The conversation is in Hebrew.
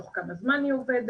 תוך כמה זמן היא אומרת,